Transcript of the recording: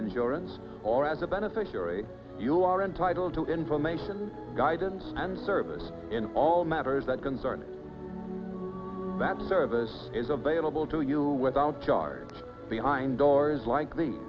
insurance or as a beneficiary you are entitled to information guidance and service in all matters that concern that service is available to you without charred behind doors like